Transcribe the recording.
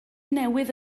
newydd